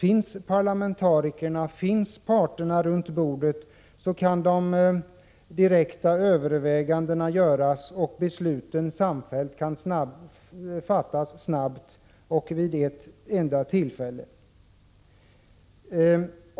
Om parlamentarikerna, parterna, finns vid bordet, kan överväganden göras direkt, och besluten kan samfällt fattas snabbt och vid ett och samma tillfälle.